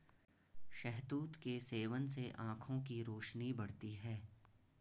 शहतूत के सेवन से आंखों की रोशनी बढ़ती है